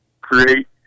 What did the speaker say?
create